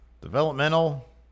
Developmental